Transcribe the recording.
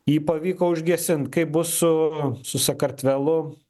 jį pavyko užgesint kaip bus su su sakartvelu